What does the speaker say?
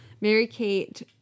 Mary-Kate